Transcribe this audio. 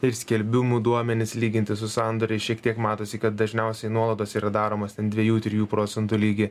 ir skelbimų duomenis lyginti su sandoriais šiek tiek matosi kad dažniausiai nuolaidos yra daromos ten dviejų trijų procentų lygy